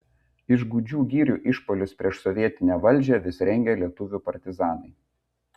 iš gūdžių girių išpuolius prieš sovietinę valdžią vis rengė lietuvių partizanai